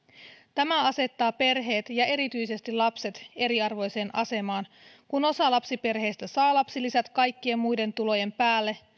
tämä asettaa perheet ja erityisesti lapset eriarvoiseen asemaan kun osa lapsiperheistä saa lapsilisät kaikkien muiden tulojen päälle